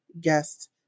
guest